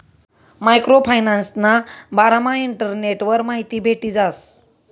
micro फायनान्सना बारामा इंटरनेटवर माहिती भेटी जास